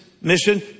mission